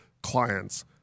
clients